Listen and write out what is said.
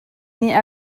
nih